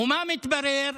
ומה מתברר?